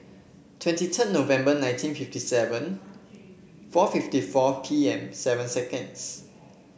twenty ten November nineteen fifty seven four fifty four P M seven seconds